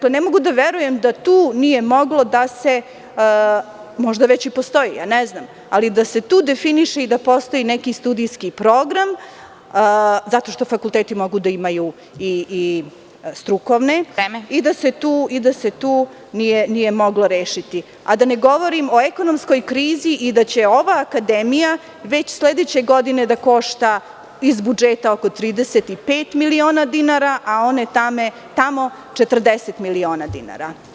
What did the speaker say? Ne mogu da verujem da tu nije moglo, možda već i postoji, definiše i postoji neki studijski program zato što fakulteti mogu da imaju i strukovne i da se tu nije moglo rešiti, a da ne govorim o ekonomskoj krizi i da će ova akademija već sledeće godine da košta iz budžeta 35 miliona dinara, a one tamo 40 miliona dinara.